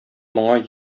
моңа